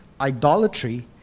idolatry